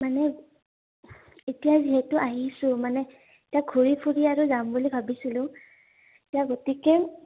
মানে এতিয়া যিহেতু আহিছোঁ মানে এতিয়া ঘূৰি ফুৰি আৰু যাম বুলি ভাবিছিলোঁ এতিয়া গতিকে